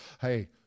Hey